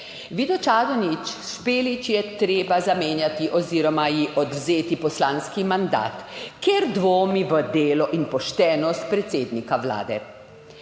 Vido Čadonič Špelič je treba zamenjati oziroma ji odvzeti poslanski mandat, ker dvomi v delo in poštenost predsednika vlade.